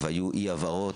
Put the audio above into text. והיו אי הבהרות,